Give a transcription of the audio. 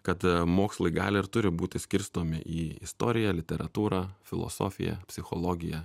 kad mokslai gali ir turi būti skirstomi į istoriją literatūrą filosofiją psichologiją